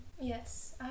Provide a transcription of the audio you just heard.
Yes